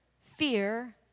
fear